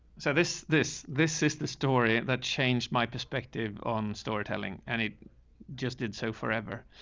so this, this, this is the story that changed my perspective on storytelling. and it just did so forever.